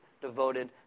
devoted